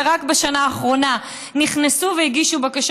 ורק בשנה האחרונה נכנסו והגישו בקשות